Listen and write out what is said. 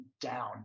down